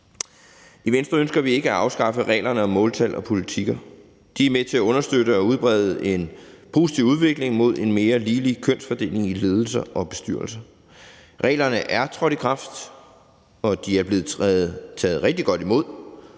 I Venstre ønsker vi ikke at afskaffe reglerne om måltal og politikker. De er med til at understøtte og udbrede en positiv udvikling mod en mere ligelig kønsfordeling i ledelser og bestyrelser. Reglerne er trådt i kraft, og de er blevet taget rigtig godt imod